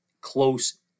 close